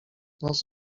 nos